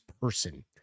person